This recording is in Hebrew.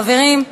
חברים,